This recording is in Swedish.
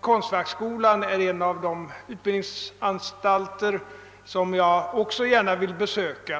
Konstfackskoian är en av de utbildningsanstalter som jag också gärna vill besöka.